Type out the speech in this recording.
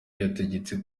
yategetse